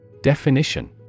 Definition